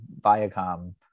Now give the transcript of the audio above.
Viacom